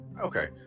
Okay